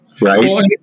right